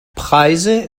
preise